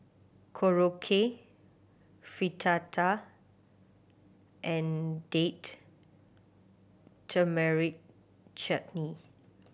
Korokke Fritada and Date Tamarind Chutney